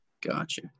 Gotcha